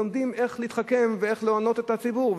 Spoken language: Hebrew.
לומדים איך להתחכם ואיך להונות את הציבור.